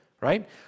right